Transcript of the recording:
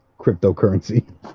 cryptocurrency